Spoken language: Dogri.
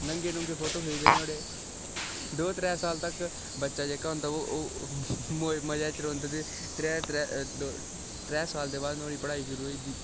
नंगे नूंगे फोटु खिच्चदे नुहाड़े दौ त्रै साल तक्क बच्चा जेह्का होंदा ओह् मजे च रौहंदा ते त्रै त्रै त्रै साल दे बाद नुहाड़ी पढ़ाई शुरू होई जंदी